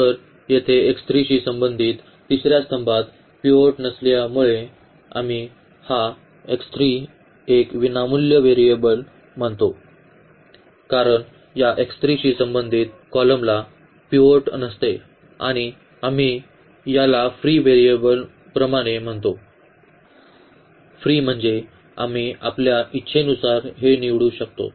तर येथे शी संबंधित तिसर्या स्तंभात पिव्होट नसल्यामुळे आम्ही हा एक विनामूल्य व्हेरिएबल म्हणतो कारण या शी संबंधित कॉलमला पिव्होट नसते आणि आम्ही याला फ्री व्हेरिएबल प्रमाणे म्हणतो फ्री म्हणजे आम्ही आपल्या इच्छेनुसार हे निवडू शकतो